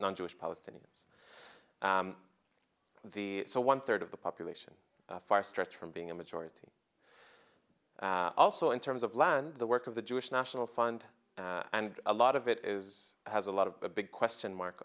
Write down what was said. n jewish palestinians the one third of the population a far stretch from being a majority also in terms of land the work of the jewish national fund and a lot of it is has a lot of the big question mark